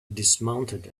dismounted